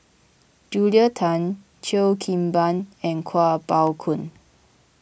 Julia Tan Cheo Kim Ban and Kuo Pao Kun